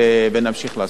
אדוני ימתין.